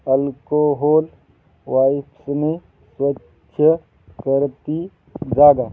alcohol वाईप्सने स्वच्छ कर ती जागा